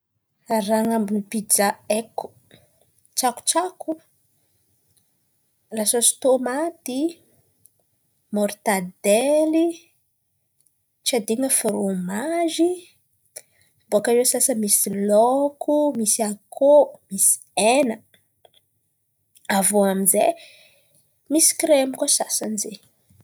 Raha an̈abon'ny pija haiko: tsakotsako, lasôsy tômaty, môrtadely, tsy adin̈a frômazy. Bôkà eo sasany misy laoko, misy akôho, misy hena avy iô amin'zay misy kremo koà sasany zain̈y.